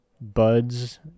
buds